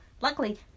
luckily